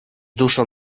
duszą